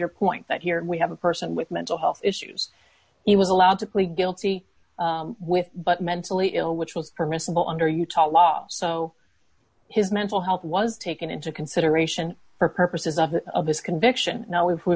your point that here we have a person with mental health issues he was allowed to plead guilty with but mentally ill which was permissible under utah law so his mental health was taken into consideration for purposes of this conviction now if we